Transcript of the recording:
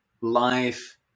life